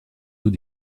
eaux